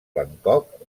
bangkok